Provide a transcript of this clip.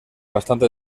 bastante